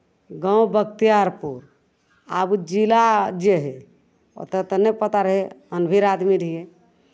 गाँव बख्तियारपुर आब जिला जे होय ओतेक तऽ नहि पता रहै अनभिड़ आदमी रहियै